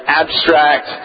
abstract